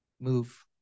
move